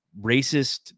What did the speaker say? racist